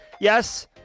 Yes